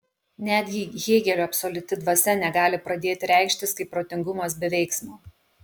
netgi hėgelio absoliuti dvasia negali pradėti reikštis kaip protingumas be veiksmo